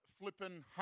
flippin